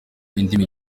indimi